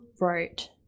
wrote